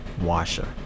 washer